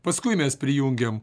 paskui mes prijungiam